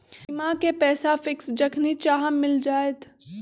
बीमा के पैसा फिक्स जखनि चाहम मिल जाएत?